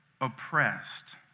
oppressed